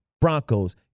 Broncos